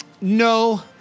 No